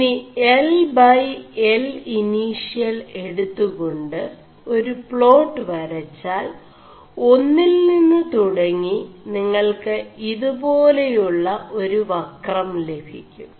ഇനി LL initial എടുøുെകാ് ഒരു േgാƒ് വരgാൽ ഒMിൽ നിM് തുടÆി നിÆൾ ് ഇതുേപാെലയുø ഒരു വ4കം ലഭി ും